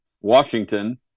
Washington